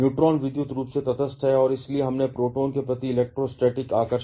neutron विद्युत रूप से तटस्थ हैं और इसलिए उन्हें प्रोटॉन के प्रति इलेक्ट्रोस्टैटिक आकर्षण है